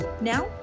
Now